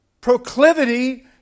proclivity